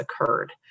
occurred